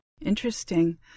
Interesting